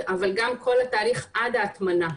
אבל גם כל ההליך עד ההטמנה.